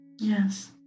Yes